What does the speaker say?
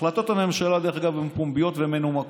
החלטות הממשלה, דרך אגב, הן פומביות ומנומקות,